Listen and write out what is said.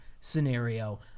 scenario